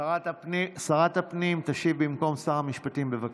שרת הפנים תשיב במקום שר המשפטים, בבקשה.